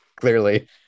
clearly